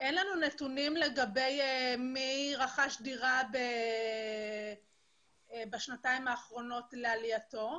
אין לנו נתונים לגבי מי רכש דירה בשנתיים האחרונות לעלייתו,